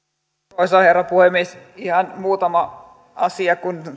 arvoisa herra puhemies ihan muutama asia kun